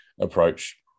approach